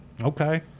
okay